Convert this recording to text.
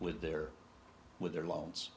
with their with their loans